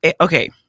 okay